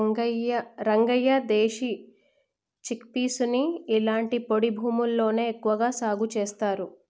రంగయ్య దేశీ చిక్పీసుని ఇలాంటి పొడి భూముల్లోనే ఎక్కువగా సాగు చేస్తారు